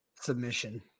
submission